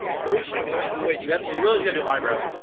quarries think you know, wait, you got you realize you go to eyebrows?